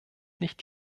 nicht